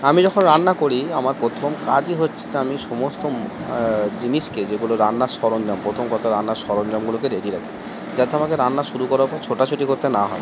আমি যখন রান্না করি আমার প্রথম কাজই হচ্ছে যে আমি সমস্ত জিনিসকে যেগুলো রান্নার সরঞ্জাম প্রথম কথা রান্নার সরঞ্জামগুলোকে রেডি রাখি যাতে যাতে আমাকে রান্না শুরু করার পর ছোটাছুটি করতে না হয়